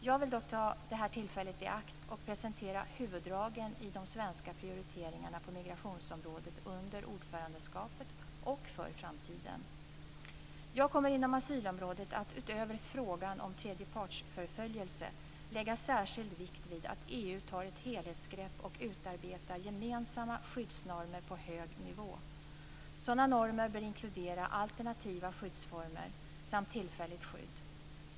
Jag vill dock ta detta tillfälle i akt och presentera huvuddragen i de svenska prioriteringarna på migrationsområdet under den tid vi har ordförandeskapet och för framtiden. Jag kommer inom asylområdet att utöver frågan om tredjepartsförföljelse lägga särskild vikt vid att EU tar ett helhetsgrepp och utarbetar gemensamma skyddsnormer på hög nivå. Sådana normer bör inkludera alternativa skyddsformer samt tillfälligt skydd.